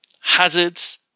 hazards